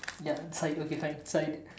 ya side okay fine side